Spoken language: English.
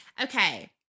Okay